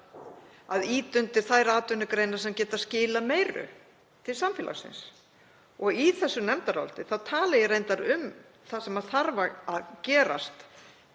að ýta undir þær atvinnugreinar sem geta skilað meiru til samfélagsins. Í þessu nefndaráliti tala ég reyndar um það sem þarf að gerast.